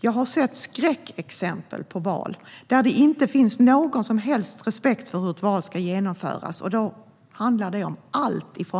Jag har sett skräckexempel, där det inte finns någon som helst respekt för hur ett val ska genomföras. Det handlar om